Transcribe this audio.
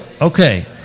okay